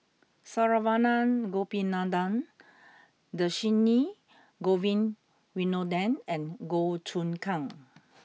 Saravanan Gopinathan Dhershini Govin Winodan and Goh Choon Kang